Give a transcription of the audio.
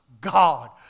God